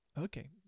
Okay